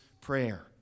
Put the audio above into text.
prayer